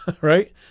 right